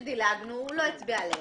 עליהם דילגנו, היושב ראש לא הצביע עליהם.